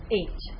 eight